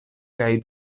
kaj